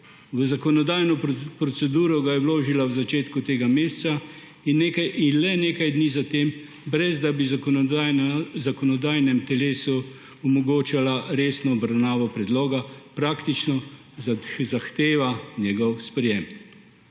V zakonodajno proceduro ga je vložila v začetku tega meseca in le nekaj dni zatem, brez da bi zakonodajnemu telesu omogočala resno obravnavo predloga, praktično zahteva njegov sprejem.